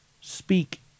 speak